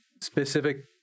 specific